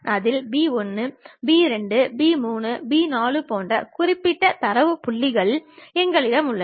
அதில் B1 B2 B3 B4 போன்ற குறிப்பிட்ட தரவு புள்ளிகள் எங்களிடம் உள்ளன